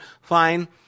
Fine